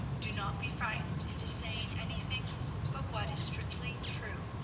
do not be frightened into saying anything but what is strictly true.